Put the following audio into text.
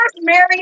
Mary